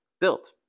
built